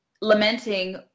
lamenting